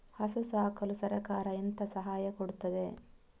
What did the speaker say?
ಹಸು ಸಾಕಲು ಸರಕಾರ ಎಂತ ಸಹಾಯ ಕೊಡುತ್ತದೆ?